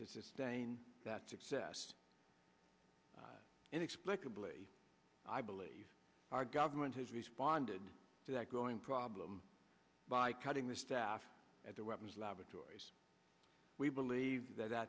to sustain that success inexplicably i believe our government has responded to that growing problem by cutting the staff at their weapons laboratories we believe that